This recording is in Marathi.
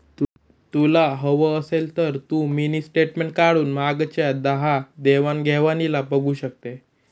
तुला हवं असेल तर तू मिनी स्टेटमेंट काढून मागच्या दहा देवाण घेवाणीना बघू शकते